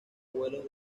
vuelos